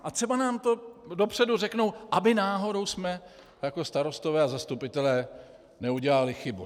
A třeba nám to dopředu řeknou, abychom náhodou jako starostové a zastupitelé neudělali chybu.